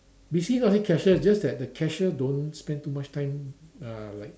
basically not say cashier just that the cashier don't spend too much time uh like